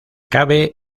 cabe